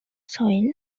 soil